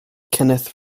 kenneth